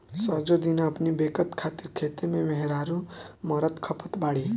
सजो दिन अपनी बेकत खातिर खेते में मेहरारू मरत खपत बाड़ी